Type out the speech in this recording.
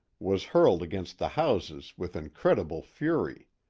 was hurled against the houses with incredible fury.